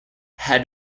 had